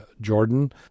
Jordan